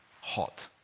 hot